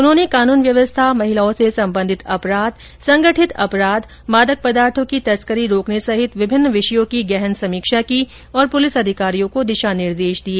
उन्होंने कानून व्यवस्था महिलाओं से संबंधित अपराध संगठित अपराध मादक पदार्थों की तस्करी रोकने सहित विभिन्न विषयों की गहन समीक्षा की और पुलिस अधिकारियों को दिशा निर्देश दिए